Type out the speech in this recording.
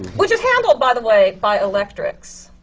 which is handled, by the way, by electrics!